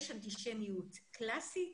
יש אנטישמיות קלאסית,